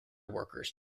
workers